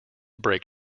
break